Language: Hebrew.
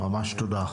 ממש תודה.